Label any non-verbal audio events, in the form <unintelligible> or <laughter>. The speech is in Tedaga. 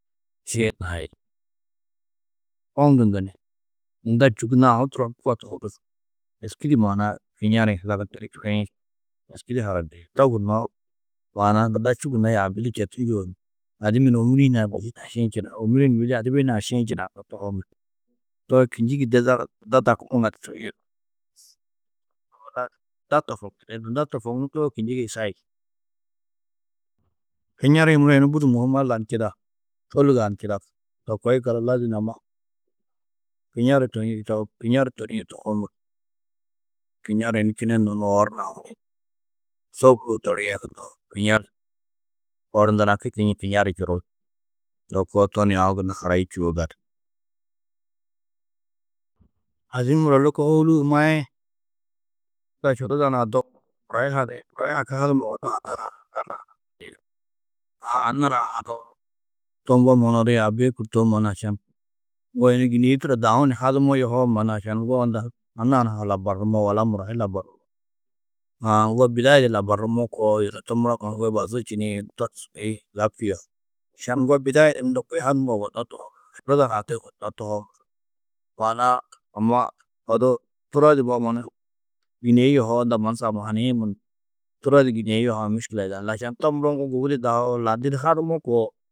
<unintelligible> nai, hokndundu ni nunda čû gunna aũ turonnu koa <unintelligible> êski di maana-ã kiŋari-ĩ zaga tiri čuriĩ êski di hanandiĩ. To gunnoó maana-ã nunda čû gunna yaabi di četu njûo ni adimmi ni ômuri hunã mêdi hunã šiĩ činaú, ômuri-ĩ ni mêdi adibi hunaã šiĩ činaanó tohoo muro to kînjigi de zaga nunda dakuma ŋadu čurîe <noise> Nunda tofokndindi, nunda tofokndundoo, kînjigi-ĩ sahil. Kiŋari-ĩ muro yunu budi môhim, Alla ni čidaa, ôlugo-ã ni čidaku. To koo yikallu lazim amma kiŋari <unintelligible> Kiŋari torîe tohoo muro, kiŋari ni kinenuũ oor nawo ni sôburuũ torîe gunnoó, kiŋari oor ndinaki kiñi kiŋari čuruú. To koo, to ni aũ gunna harayi čûwo gali. Adimmi muro lôko hôuluu maĩ, unda šuruda nuã do muro hi hadiĩ. Muro hi haki hadumo yugonnoó ada nuã <unintelligible> Áã anna nuã haduũ, to ŋgo mannu odu yaabi-ĩ kûrtuwo mannu ašan. Ŋgo yunu gînei turo daú ni hadumo yohoo mannu, ašan, ŋgo unda anna hunã ha labarnumo, wala muro hi labarjnumo. Aã ŋgo bidai di labarumo koo, yunu to muro mannu ŋgo bazu čî ni yunu to sûgoi zabči <unintelligible> Ašan ŋgo bidai di unda kôi hadumo yugonnó tohoo, îbada nuã de yugonnoó tohoo. Maana-ã amma odu turo ndi mbo mannu gînei yohoo, unda mannu samahaniĩ munum. Turo du gînei yohã miškile yidanú. Lašan to muro ŋgo gubudi dau landidi hadumo koo.